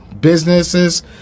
businesses